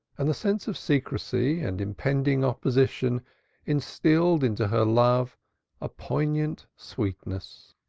and the sense of secrecy and impending opposition instilled into her love a poignant sweetness.